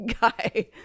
guy